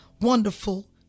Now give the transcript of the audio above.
wonderful